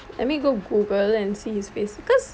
let me go Google and see his face because